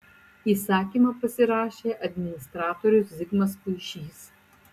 įsakymą pasirašė administratorius zigmas puišys